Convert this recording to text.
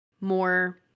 more